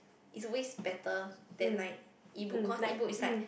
it's always better than like E book cause Ebook is like